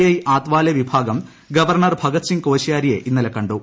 I Athawale വിഭാഗം governor Bhagat Singh കോശ്യാരിയെ ഇന്നലെ കണ്ടു